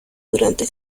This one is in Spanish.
durante